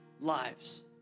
lives